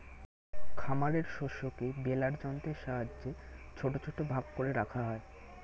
খামারের শস্যকে বেলার যন্ত্রের সাহায্যে ছোট ছোট ভাগ করে রাখা হয়